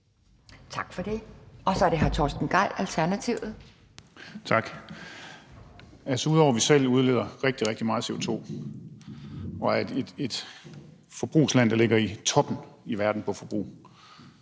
Tak for det. Og så er det hr. Torsten Gejl, Alternativet. Kl. 12:12 Torsten Gejl (ALT): Tak. Altså, ud over at vi selv udleder rigtig, rigtig meget CO2 og er et forbrugsland, der ligger i toppen i verden, hvad angår forbrug,